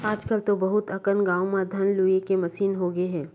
आजकल तो बहुत अकन गाँव म धान लूए के मसीन होगे हे